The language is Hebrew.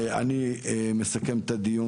אני מסכם את הדיון.